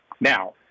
Now